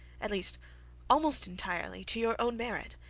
at least almost entirely, to your own merit,